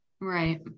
right